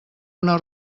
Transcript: una